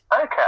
Okay